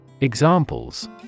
Examples